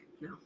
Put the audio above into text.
No